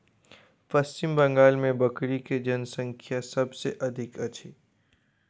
पश्चिम बंगाल मे बकरी के जनसँख्या सभ से अधिक अछि